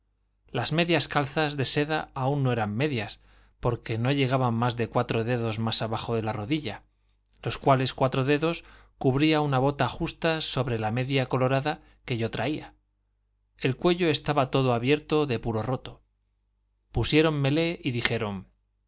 las medias calzas de seda aun no eran medias porque no llegaban más de cuatro dedos más abajo de la rodilla los cuales cuatro dedos cubría una bota justa sobre la media colorada que yo traía el cuello estaba todo abierto de puro roto pusiéronmele y dijeron